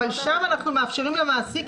איך אתם סופרים את העובדים?